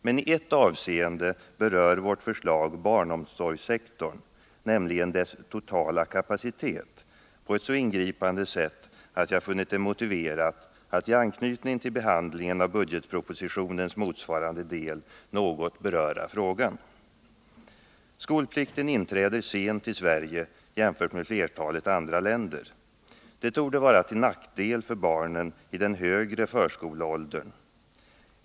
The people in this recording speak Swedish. Men i ett avseende berör vårt förslag barnomsorgssektorn — nämligen i fråga om dennas totala kapacitet — på ett så ingripande sätt att jag funnit det motiverat att i anslutning till behandlingen av budgetpropositionens motsvarande del något beröra frågan. Skolplikten inträder sent i Sverige jämfört med flertalet andra länder. Det torde vara till nackdel för barnen i den högre förskoleåldern.